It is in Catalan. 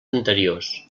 anteriors